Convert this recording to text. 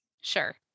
Sure